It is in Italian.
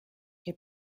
che